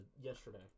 yesterday